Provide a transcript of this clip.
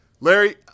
Larry